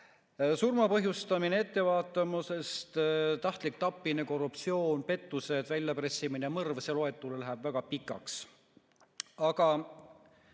surma põhjustamine ettevaatamatusest, tahtlik tapmine, korruptsioon, pettused, väljapressimine, mõrv. See loetelu läheb väga pikaks. Aga